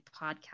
podcast